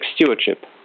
stewardship